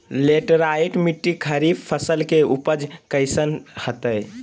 Laterite मिट्टी खरीफ फसल के उपज कईसन हतय?